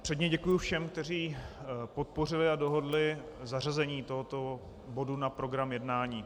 Předně děkuji všem, kteří podpořili a dohodli zařazení tohoto bodu na program jednání.